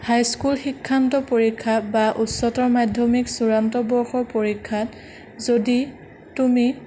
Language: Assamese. হাইস্কুল শিক্ষান্ত পৰীক্ষা বা উচ্চতৰ মাধ্যমিক চুড়ান্ত বৰ্ষৰ পৰীক্ষাত যদি তুমি